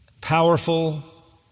powerful